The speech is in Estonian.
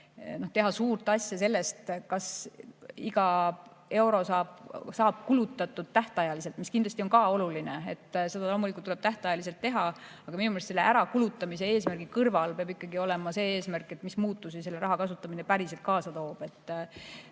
teha suurt asja sellest, kas iga euro saab kulutatud tähtajaliselt – see kindlasti on ka oluline, seda loomulikult tuleb tähtajaliselt teha. Aga minu meelest selle ärakulutamise eesmärgi kõrval peab ikkagi olema see eesmärk, mis muutusi selle raha kasutamine päriselt kaasa toob.